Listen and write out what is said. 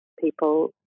people